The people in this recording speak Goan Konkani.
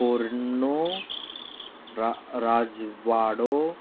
पोरणो राज राजवाडो